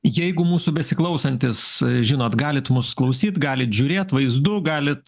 jeigu mūsų besiklausantis žinot galit mūs klausyt galit žiūrėt vaizdu galit